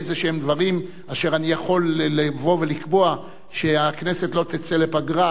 איזה דברים אשר אני יכול לבוא ולקבוע שהכנסת לא תצא לפגרה,